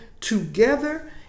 together